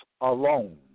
alone